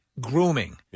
grooming